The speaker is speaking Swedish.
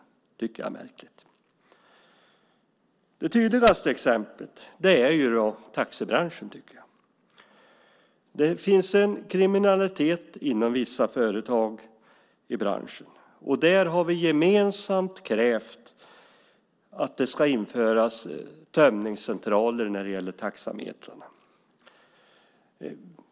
Det tycker jag är märkligt. Det tydligaste exemplet är taxibranschen. Det finns en kriminalitet inom vissa företag i branschen. Vi har gemensamt krävt att det ska införas tömningscentraler för taxametrarna.